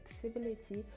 flexibility